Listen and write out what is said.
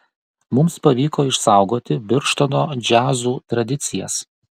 mums pavyko išsaugoti birštono džiazų tradicijas